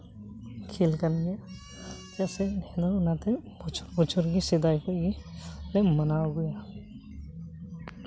ᱠᱷᱮᱞ ᱠᱟᱱ ᱜᱮᱭᱟ ᱪᱮᱫᱟᱜ ᱥᱮ ᱟᱞᱮ ᱚᱱᱟᱛᱮ ᱵᱚᱪᱷᱚᱨᱼ ᱵᱚᱪᱷᱚᱨ ᱜᱮ ᱥᱮᱫᱟᱭ ᱠᱷᱚᱱ ᱜᱮᱞᱮ ᱢᱟᱱᱟᱣ ᱟᱹᱜᱩᱭᱮᱜᱼᱟ